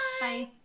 Bye